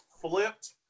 flipped